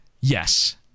Yes